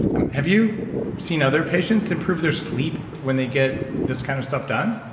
and have you seen other patients improve their sleep when they get this kind of stuff done?